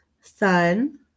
Sun